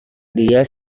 dia